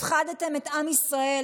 הפחדתם את עם ישראל